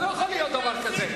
לא יכול להיות דבר כזה.